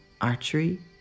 archery